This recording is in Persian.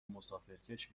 مسافرکش